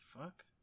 fuck